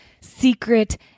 secret